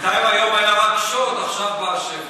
בינתיים היום היה רק שוד, עכשיו בא השבר.